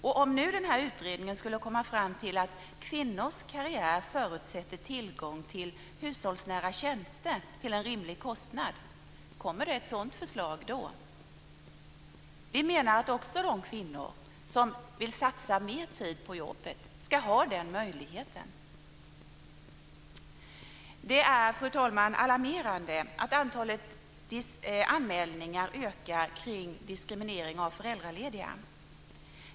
Och om nu den här utredningen skulle komma fram till att kvinnors karriär förutsätter tillgång till hushållsnära tjänster till en rimlig kostnad, kommer det då ett sådant förslag? Vi menar att också de kvinnor som vill satsa mer tid på jobbet ska ha den möjligheten. Fru talman! Det är alarmerande att antalet anmälningar om diskriminering av föräldralediga ökar.